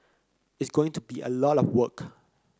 it's going to be a lot of work